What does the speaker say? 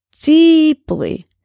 deeply